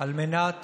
על מנת